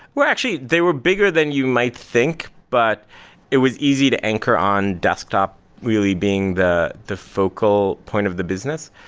actually, they were bigger than you might think, but it was easy to anchor on desktop really being the the focal point of the business.